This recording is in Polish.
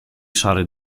szary